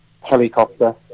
helicopter